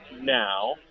now